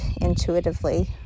intuitively